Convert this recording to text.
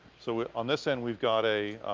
so we've, on this end, we've got a